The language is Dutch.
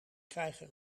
krijgen